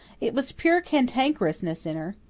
it was pure cantankerousness in her.